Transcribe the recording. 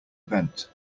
vent